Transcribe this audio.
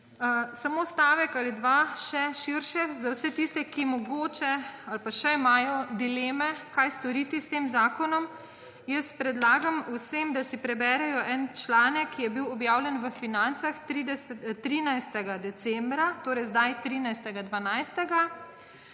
Samo stavek ali dva še širše za vse tiste, ki mogoče še imajo dileme, kaj storiti s tem zakonom. Predlagam vsem, da si preberejo en članek, ki je bil objavljen v Financah 13. decembra, torej zdaj 13. 12.,